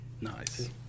nice